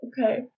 Okay